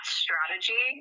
strategy